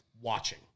watching